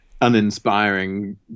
uninspiring